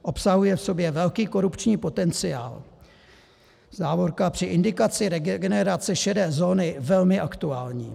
Obsahuje v sobě velký korupční potenciál při indikaci regenerace šedé zóny velmi aktuální.